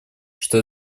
что